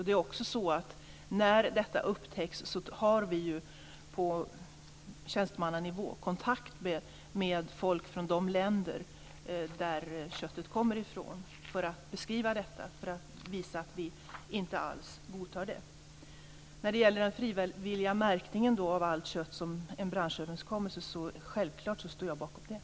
Det är också så att vi när detta upptäcks har kontakt på tjänstemannanivå med folk från de länder som köttet kommer ifrån för att beskriva detta och visa att vi inte alls godtar det. När det gäller den frivilliga märkningen av allt kött, som är en branschöverenskommelse, vill jag säga att jag självklart står bakom detta.